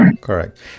Correct